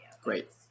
Great